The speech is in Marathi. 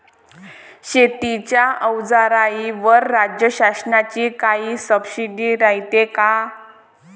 शेतीच्या अवजाराईवर राज्य शासनाची काई सबसीडी रायते का?